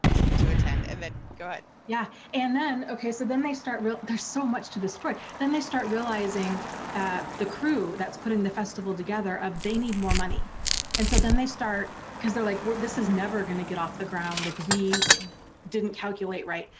to to attend and then go ahead, yeah and then okay, so, then they start real. there's so much to this but story. they start realizing ah the crew that's putting the festival together, ah they need more money and so then they start. because they're like well this is never gonna get off the ground like we didn't calculate right.